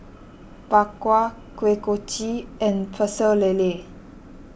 Bak Kwa Kuih Kochi and Pecel Lele